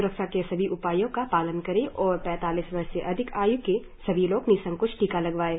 स्रक्षा के सभी उपायों का पालन करें और पैतालीस वर्ष से अधिक आय के सभी लोग निसंकोच टीका लगवाएं